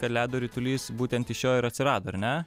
kad ledo ritulys būtent iš jo ir atsirado ar ne